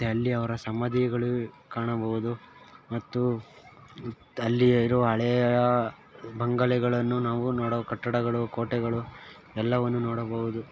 ಮತ್ತು ಅಲ್ಲಿ ಅವರ ಸಮಾಧಿಗಳು ಕಾಣಬೌದು ಮತ್ತು ಅಲ್ಲಿ ಇರುವ ಹಳೆಯ ಬಂಗಲೆಗಳನ್ನು ನಾವು ನೋಡಿ ಕಟ್ಟಡಗಳು ಕೋಟೆಗಳು ಎಲ್ಲವನ್ನು ನೋಡಬೌದು